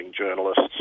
journalists